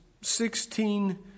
sixteen